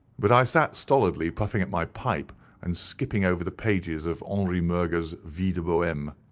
but i sat stolidly puffing at my pipe and skipping over the pages of henri murger's vie de de boheme. um